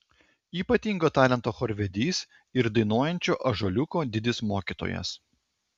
ypatingo talento chorvedys ir dainuojančio ąžuoliuko didis mokytojas